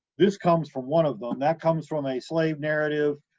this comes from one of them. that comes from a slave narrative